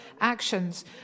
actions